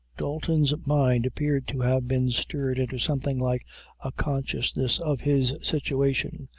dalton's mind appeared to have been stirred into something like a consciousness of his situation,